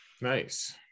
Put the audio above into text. Nice